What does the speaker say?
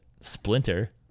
splinter